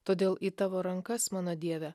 todėl į tavo rankas mano dieve